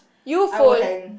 I will hang